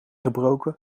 gebroken